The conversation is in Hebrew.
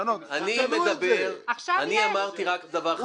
אני אמרתי רק דבר אחד מאוד פשוט.